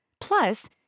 Plus